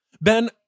Ben